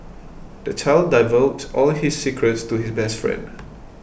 the child divulged all his secrets to his best friend